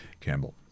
Campbell